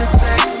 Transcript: sex